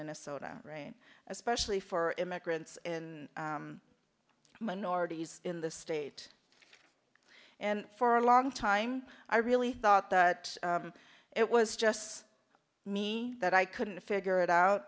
minnesota right especially for immigrants and minorities in this state and for a long time i really thought that it was just me that i couldn't figure it out